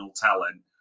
talent